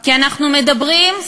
כי אנחנו מדברים,